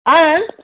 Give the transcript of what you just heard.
ଆଁ ଆଁ